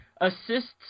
assists